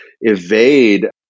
evade